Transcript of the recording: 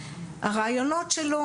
הרעיונות שלו,